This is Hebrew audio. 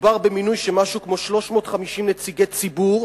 מדובר במינוי של משהו כמו 350 נציגי ציבור,